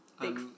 Big